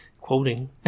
quoting